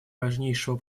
важнейшего